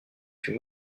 fut